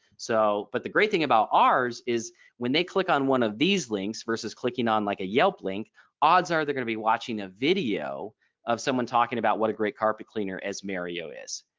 so but the great thing about ours is when they click on one of these links versus clicking on like a yelp link odds are they're going to be watching a video of someone talking about what a great carpet cleaner as mario is.